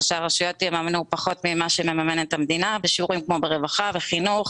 שהרשויות יממנו פחות ממה שמממנת המדינה בשיעורים כמו ברווחה ובחינוך.